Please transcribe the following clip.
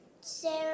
Sarah